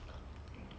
mm